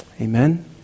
Amen